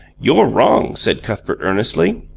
you're wrong, said cuthbert, earnestly.